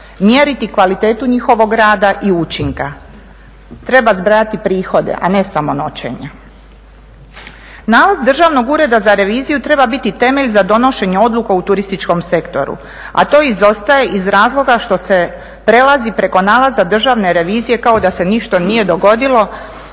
mjeriti kvalitetu njihovog rada i učinka, treba zbrajati prihode a ne samo noćenja. Nalaz Državnog ureda za reviziju treba biti temelj za donošenje odluka u turističkom sektoru, a to izostaje iz razloga što se prelazi preko nalaza Državne revizije kao da se ništa nije dogodilo,